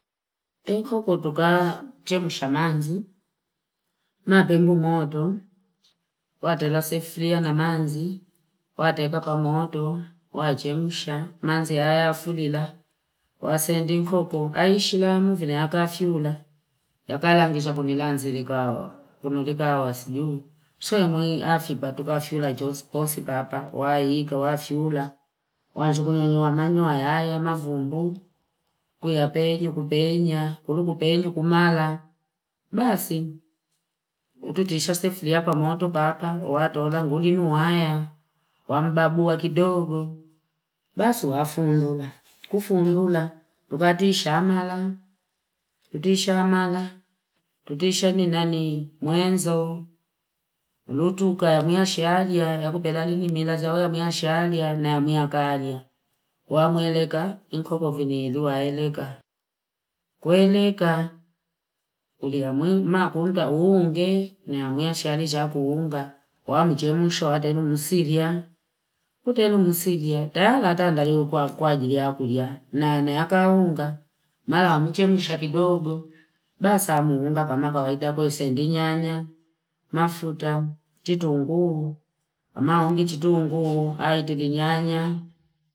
Mkoko tuka jemusha manzi. Mabengu modo. Wate la seflia na manzi. Wate kapa modo. Wa jemusha. Manzi ya haya fuli la. Wa sendi mkoko. Haishi la mvine. Ya kaa fiula. Ya kala angizha kumilanzi li kwa kumulika wa siyu. Soye mwingi afiba. Tuka fiula. Jozi posi bapa. Wa higa. Wa fiula. Wanjuku nyonyo wa manyo ya haya. Ma vumbu. Kuya penye. Kupenye. Kuru kupenye. Kumala. Basi. Kututisha seflia pa moto paka. Watola ngulinu haya. Wambabu wa kidogo. Basi wa fulula. Kufulula. Tuka tishamala. Tutishamala. Tutishani nani muenzo. Lutuka yamia sharia. Yakupela nini mila zaoya yamia sharia na yamia garia. Kuwa mweleka. Inkoko vini yaduwa eleka. Kueleka. Kulia mwingi. Ma kunda uunge. Yamia sharisha kuunga. Kuwa mchemusho. Watelu musilia. Kutelu musilia. Taya la tanda yukuwa kwa jiri ya kulia. Na yaka unga. Mala wa mchemusha pidogo. Basa muunga. Kama kawaita koe sendinyanya. Mafuta. Titungu. Ma ungi titungu. Haitulinyanya.